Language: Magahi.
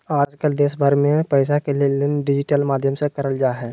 आजकल देश भर मे पैसा के लेनदेन डिजिटल माध्यम से करल जा हय